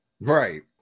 Right